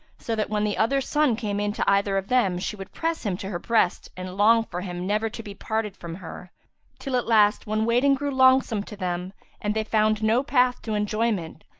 so that when the other's son came in to either of them, she would press him to her breast and long for him never to be parted from her till, at last, when waiting grew longsome to them and they found no path to enjoyment,